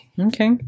Okay